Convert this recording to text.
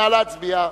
נא להצביע.